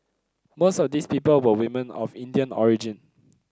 most of these people were women of Indian origin